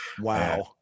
Wow